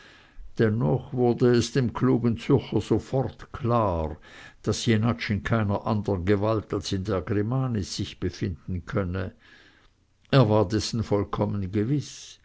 dennoch wurde es dem klugen zürcher sofort klar daß jenatsch in keiner andern gewalt als in der grimanis sich befinden könne er war dessen vollkommen gewiß